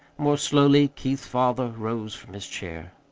more slowly keith's father rose from his chair.